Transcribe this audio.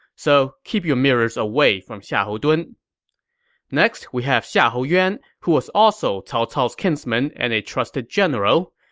so, keep your mirrors away from xiahou dun next, we have xiahou yuan, who was also cao cao's kinsman and a trusted general